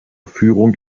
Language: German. führung